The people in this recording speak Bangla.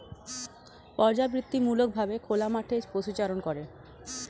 পর্যাবৃত্তিমূলক ভাবে খোলা মাঠে পশুচারণ করে